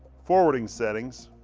forwarding settings,